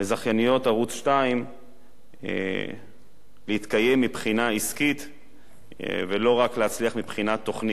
לזכייניות ערוץ-2 להתקיים מבחינה עסקית ולא רק להצליח מבחינה תוכנית,